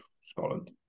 Scotland